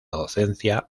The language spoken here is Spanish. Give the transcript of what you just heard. docencia